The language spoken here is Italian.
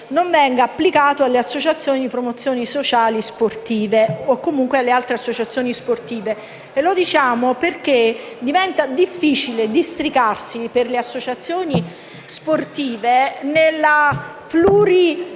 non venga applicato alle associazioni di promozione sociale sportive o comunque alle altre associazioni sportive. Lo chiediamo perché diventa difficile districarsi per le associazioni sportive nella vastità delle